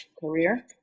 Career